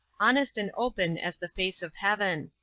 honest and open as the face of heaven.